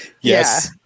Yes